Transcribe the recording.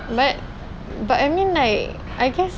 but but I mean like I guess